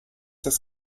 das